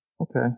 Okay